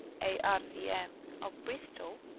a r c. m, of bristol,